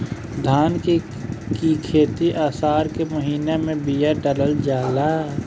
धान की खेती आसार के महीना में बिया डालल जाला?